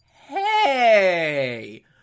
Hey